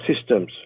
systems